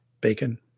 Bacon